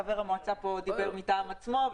חבר המועצה דיבר מטעם עצמו,